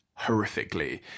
horrifically